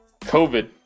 COVID